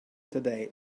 today